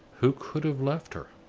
who could have left her?